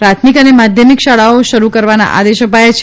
પ્રાથમિક અને માધ્યમિક શાળાઓ શરૂ કરવાના આદેશ અપાયા છે